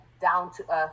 down-to-earth